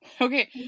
Okay